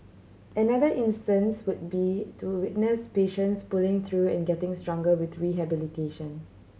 another instance would be to witness patients pulling through and getting stronger with rehabilitation